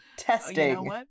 Testing